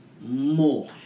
more